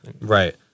Right